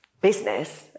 business